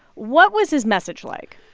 what was his message like?